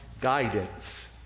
guidance